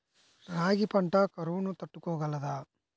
రాగి పంట కరువును తట్టుకోగలదా?